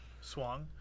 swung